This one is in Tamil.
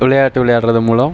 விளையாட்டு விளையாடுகிறது மூலம்